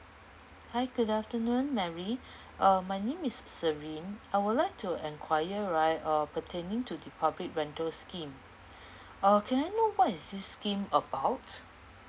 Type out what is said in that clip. hi good afternoon mary uh my name is s~ serene I would like to inquire right uh pertaining to the public rental scheme uh can I know what is this scheme about